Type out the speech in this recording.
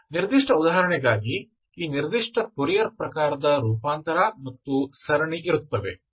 ನಿರ್ದಿಷ್ಟ ಉದಾಹರಣೆಗಾಗಿ ಈ ನಿರ್ದಿಷ್ಟ ಫೋರಿಯರ್ ಪ್ರಕಾರದ ರೂಪಾಂತರ ಮತ್ತು ಸರಣಿ ಇರುತ್ತವೆ